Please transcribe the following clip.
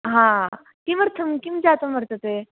हा किमर्थं किम् जातं वर्तते